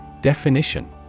Definition